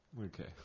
Okay